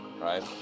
right